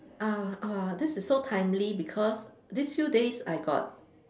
a'ah this is so timely because these few days I got